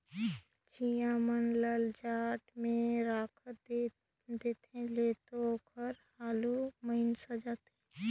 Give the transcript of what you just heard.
चिंया मन ल जाड़ में राख देहे ले तो ओहर हालु मइर जाथे